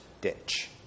ditch